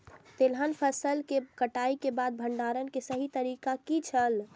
तेलहन फसल के कटाई के बाद भंडारण के सही तरीका की छल?